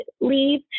leave